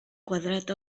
quadrat